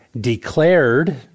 declared